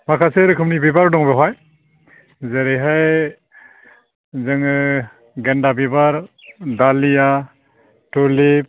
माखासे रोखोमनि बिबार दङ बाहाय जेरैहाय जोङो गेन्दा बिबार दालिया टुलिप